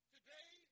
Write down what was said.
Today